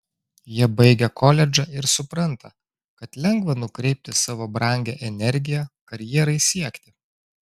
jie baigia koledžą ir supranta kad lengva nukreipti savo brangią energiją karjerai siekti